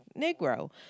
Negro